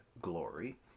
glory